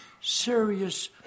serious